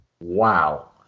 Wow